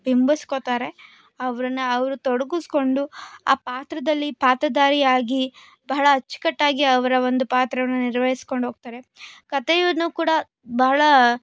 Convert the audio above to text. ಬಿಂಬಿಸ್ಕೋತಾರೆ ಅವ್ರನ್ನು ಅವ್ರು ತೊಡಗಿಸ್ಕೊಂಡು ಆ ಪಾತ್ರದಲ್ಲಿ ಪಾತ್ರಧಾರಿಯಾಗಿ ಬಹಳ ಅಚ್ಚುಕಟ್ಟಾಗಿ ಅವರ ಒಂದು ಪಾತ್ರವನ್ನು ನಿರ್ವಹಿಸ್ಕೊಂಡು ಹೋಗ್ತಾರೆ ಕಥೆಯನ್ನು ಕೂಡ ಬಹಳ